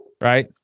right